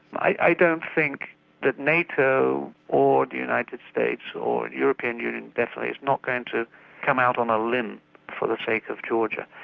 i don't think that nato or the united states or the european union definitely is not going to come out on a limb for the sake of georgia.